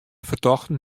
fertochten